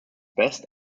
best